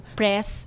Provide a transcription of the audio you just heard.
press